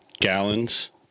gallons